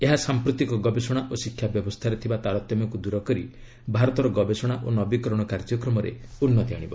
ଏହା ସାମ୍ପ୍ରତିକ ଗବେଷଣା ଓ ଶିକ୍ଷା ବ୍ୟବସ୍ଥାରେ ଥିବା ତାରତମ୍ୟକୁ ଦୂର କରି ଭାରତର ଗବେଷଣା ଓ ନବିକରଣ କାର୍ଯ୍ୟକ୍ରମରେ ଉନ୍ନତି ଆଣିବ